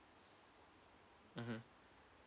mmhmm